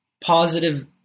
positive